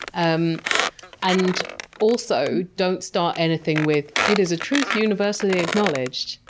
um and also don't start anything with, it is a truth universally acknowledged.